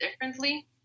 differently